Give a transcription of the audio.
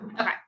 Okay